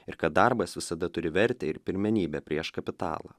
ir kad darbas visada turi vertę ir pirmenybę prieš kapitalą